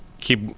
keep